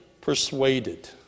persuaded